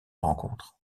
rencontre